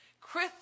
Chris